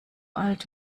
alt